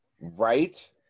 right